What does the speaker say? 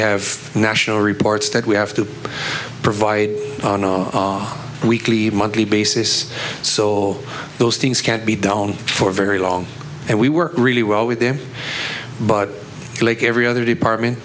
have national reports that we have to provide weekly monthly basis so those things can't be down for very long and we work really well with them but like every other department